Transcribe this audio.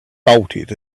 bolted